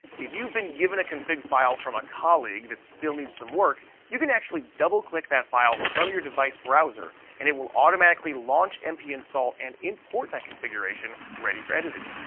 if you've been given a config file from a colleague that still needs some work, you can actually double-click that file from your device browser and it will automatically launch mp-install and import that configuration, ready for editing.